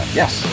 yes